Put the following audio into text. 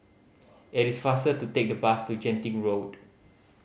it is faster to take the bus to Genting Road